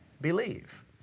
believe